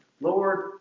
Lord